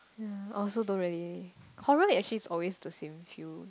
ya I also don't really horror actually is always the same few